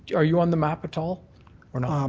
are you on the map at all or not? um